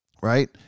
right